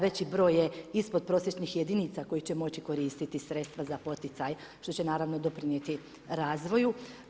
Veći broj je ispodprosječnih jedinica koji će moći koristiti sredstva za poticaj što će naravno doprinijeti razvoju.